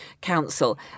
council